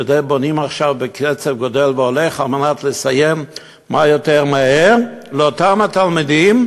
ובונים עכשיו בקצב גדל והולך כדי לסיים מה יותר מהר לאותם תלמידים,